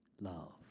love